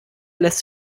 lässt